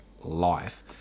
life